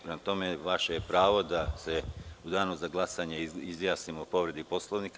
Prema tome, vaše je pravo da se u danu za glasanje izjasnimo o povredi Poslovnika.